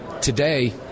Today